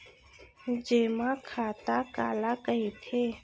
जेमा खाता काला कहिथे?